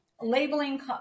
labeling